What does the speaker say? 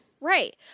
Right